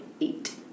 eight